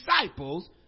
disciples